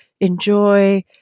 enjoy